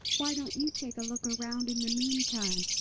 why don't you take a look around in the meantime?